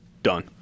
Done